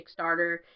Kickstarter